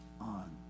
on